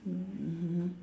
mm mmhmm